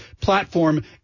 platform